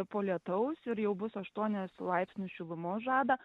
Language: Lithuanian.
po lietaus ir jau bus aštuonis laipsnius šilumos žada